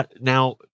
Now